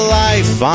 life